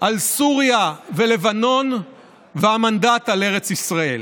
על סוריה ולבנון והמנדט על ארץ ישראל.